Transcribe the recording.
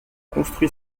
construit